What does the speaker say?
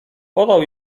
podał